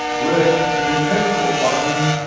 where in a chemical binding,